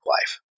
life